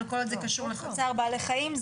אבל כל עוד זה קשור לצער בעלי חיים,